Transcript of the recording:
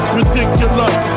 ridiculous